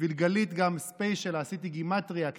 בשביל גלית גם ספיישל, עשיתי גימטרייה קטנה: